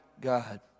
God